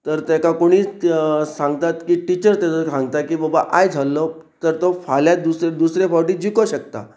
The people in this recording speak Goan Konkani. तर ताका कोणीच सांगतात की टिचर तेजो सांगता की बाबा आयिल्लो तर तो फाल्यां दुसरे दुसरे फावटी जिको शकता